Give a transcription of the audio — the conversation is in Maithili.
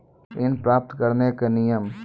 ऋण प्राप्त करने कख नियम?